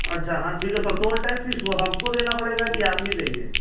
अच्छा हाँ ठीक है तो टोल टैक्स फीस वह हमको देना पड़ेगा कि आप ही देंगे